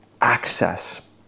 access